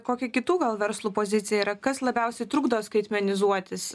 kokį kitų gal verslų pozicija yra kas labiausiai trukdo skaitmenizuotis